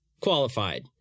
qualified